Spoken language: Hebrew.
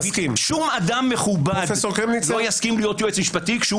שום אדם מכובד לא יסכים להיות יועץ משפטי כשהוא